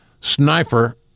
Sniper